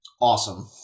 Awesome